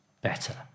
better